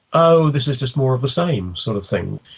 oh, this is just more of the same, sort of thing.